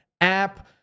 app